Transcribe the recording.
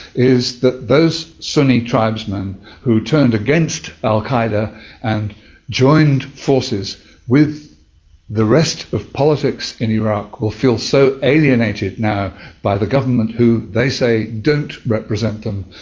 is that those sunni tribesmen who turned against al qaeda and joined forces with the rest of politics in iraq will feel so alienating now by the government who they say don't represent them,